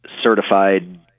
certified